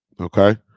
okay